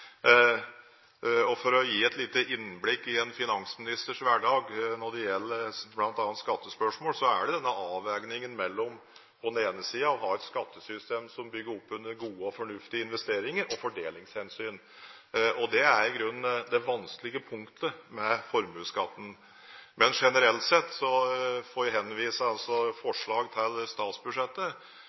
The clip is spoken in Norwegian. nødvendig. For å gi et lite innblikk i en finansministers hverdag når det gjelder bl.a. skattespørsmål, er det en avveining mellom å ha et skattesystem som bygger opp under gode og fornuftige investeringer, og fordelingshensyn. Det er i grunnen det vanskelige punktet med formuesskatten. Generelt sett får jeg henvise til forslag til statsbudsjettet, men generelt sett